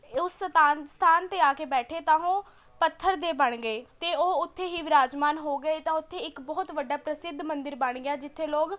ਉਸ ਸਤਾਨ ਸਥਾਨ 'ਤੇ ਆ ਕੇ ਬੈਠੇ ਤਾਂ ਉਹ ਪੱਥਰ ਦੇ ਬਣ ਗਏ ਅਤੇ ਉਹ ਉੱਥੇ ਹੀ ਵਿਰਾਜਮਾਨ ਹੋ ਗਏ ਤਾਂ ਉੱਥੇ ਇੱਕ ਬਹੁਤ ਵੱਡਾ ਪ੍ਰਸਿੱਧ ਮੰਦਰ ਬਣ ਗਿਆ ਜਿੱਥੇ ਲੋਕ